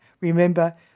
Remember